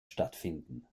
stattfinden